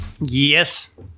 Yes